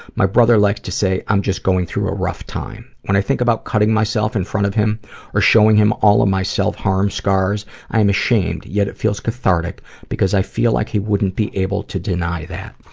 my brother likes to say i am just going through a rough time. when i think about cutting myself in front of him or showing him all of my self-harm scars i am ashamed yet it feels cathartic because i feel like he wouldn't be able to deny that.